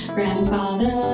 Grandfather